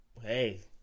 hey